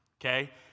okay